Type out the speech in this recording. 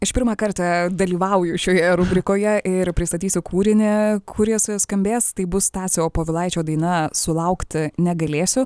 aš pirmą kartą dalyvauju šioje rubrikoje ir pristatysiu kūrinį kuri jisai skambės tai bus stasio povilaičio daina sulaukti negalėsiu